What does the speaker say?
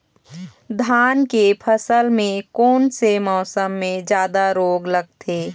धान के फसल मे कोन से मौसम मे जादा रोग लगथे?